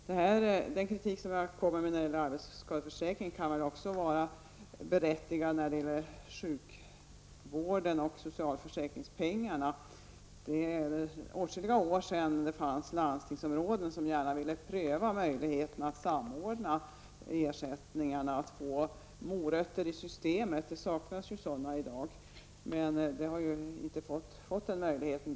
Jag framför alltså kritik mot arbetsskadeförsäkringen. Men kritik kan även vara berättigad när det gäller sjukvården och socialförsäkringspengarna. Redan för åtskilliga år sedan ville man inom en del landstingsområden gärna pröva möjigheten att samordna ersättningarna. Man ville skapa ''morötter'' i systemet. Sådana saknas ju i dag. Men man har inte fått den möjligheten.